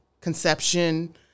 conception